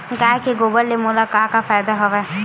गाय के गोबर ले मोला का का फ़ायदा हवय?